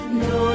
no